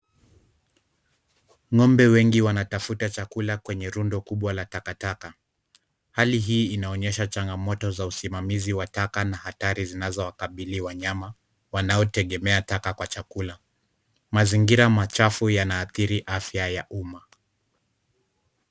Ng'ombe wengi wanatafuta chakula kwenye rundo kubwa la takataka. Hali hii inaonyesha changamoto za usimamizi wa taka na hatari zinazowakabili wanyama wanaotegemea taka kwa chakula. Mazingira machafu yanaathiri afya ya umma.